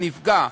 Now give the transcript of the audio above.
הנפגע,